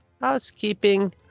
housekeeping